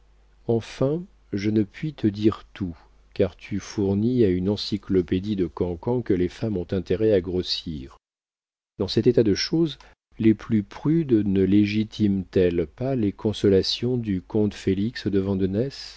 enfin je ne puis te dire tout car tu fournis à une encyclopédie de cancans que les femmes ont intérêt à grossir dans cet état de choses les plus prudes ne légitiment elles pas les consolations du comte félix de vandenesse